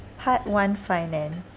part one finance